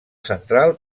central